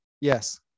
yes